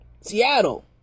Seattle